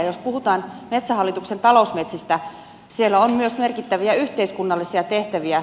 jos puhutaan metsähallituksen talousmetsistä siellä on myös merkittäviä yhteiskunnallisia tehtäviä